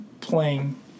playing